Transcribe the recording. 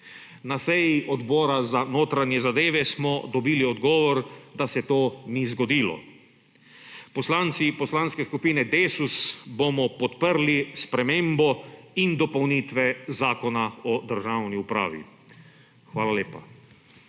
Na seji Odbora za notranje zadeve smo dobili odgovor, da se to ni zgodilo. Poslanci Poslanske skupine Desus bomo podprli spremembo in dopolnitve Zakona o državni upravi. Hvala lepa.